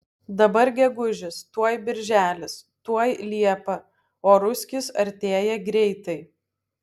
dabar gegužis tuoj birželis tuoj liepa o ruskis artėja greitai